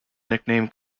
nickname